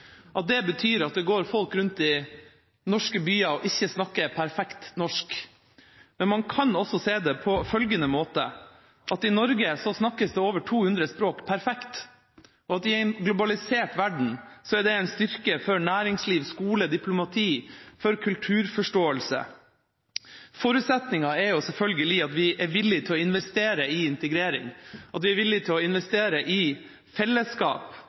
at det betyr at det går folk rundt i norske byer og ikke snakker perfekt norsk. Men kan også se det på følgende måte: I Norge snakkes det over 200 språk perfekt, og at i en globalisert verden er det en styrke for næringsliv, skole, diplomati og kulturforståelse. Forutsetningen er selvfølgelig at vi er villig til å investere i integrering, og at vi er villig til å investere i fellesskap.